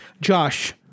Josh